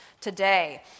today